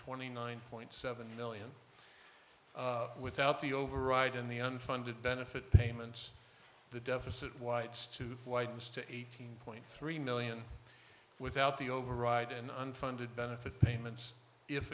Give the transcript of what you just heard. twenty nine point seven million without the override in the unfunded benefit payments the deficit whites to whites to eighteen point three million without the override in unfunded benefit payments if